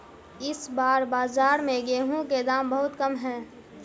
इस बार बाजार में गेंहू के दाम बहुत कम है?